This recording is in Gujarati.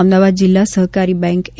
અમદાવાદ જિલ્લા સહકારી બેન્ક એ